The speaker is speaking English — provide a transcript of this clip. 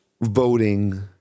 voting